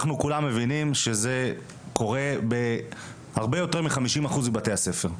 אנחנו כולם מבינים שזה קורה בהרבה יותר מ- 50% מבתי הספר.